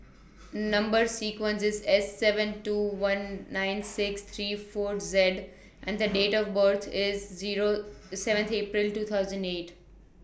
Number sequence IS S seven two one nine six three four Z and The Date of birth IS Zero seventy April two thousand eight